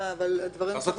אתה לא